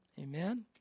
Amen